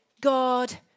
God